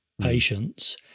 patients